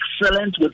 Excellent